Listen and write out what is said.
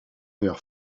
vers